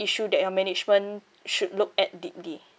issue that your management should look at deeply